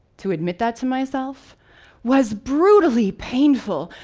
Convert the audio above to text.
to admit that to myself was brutally painful!